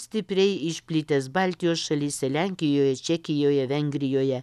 stipriai išplitęs baltijos šalyse lenkijoje čekijoje vengrijoje